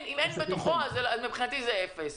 אם הם בתוכו אז מבחינתי זה אפס.